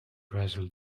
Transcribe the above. brazil